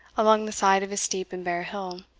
along the side of a steep and bare hill.